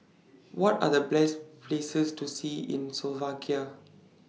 What Are The Best Places to See in Slovakia